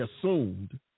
assumed